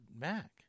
Mac